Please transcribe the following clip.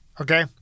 Okay